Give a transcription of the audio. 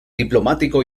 diplomático